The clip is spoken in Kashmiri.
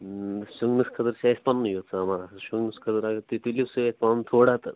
شۄنٛگنَس خٲطرٕ چھِ اَسہِ پَنٕنُے یوٚت سامان آسان شۄنٛگنَس خٲطرٕ اَگر تُہۍ تُلِو سۭتۍ پَنُن تھوڑا تہٕ